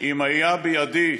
היה בידי,